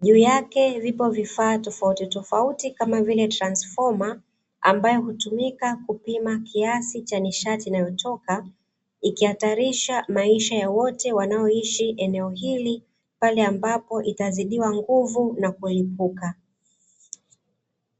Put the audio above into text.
juu yake vipo vifaa tofautitofauti kama vile transifoma, ambayo hutumika kupima kiasi cha nishati inayotoka, ikihatarisha maisha ya wote wanaoishi eneo hili, pale ambapo itazidiwa nguvu na kulipuka.